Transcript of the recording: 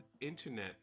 internet